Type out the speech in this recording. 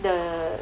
the